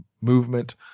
movement